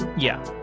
yeah.